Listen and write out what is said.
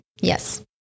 Yes